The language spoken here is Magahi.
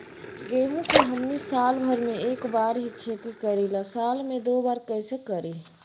गेंहू के हमनी साल भर मे एक बार ही खेती करीला साल में दो बार कैसे करी?